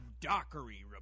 Dockery